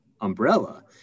umbrella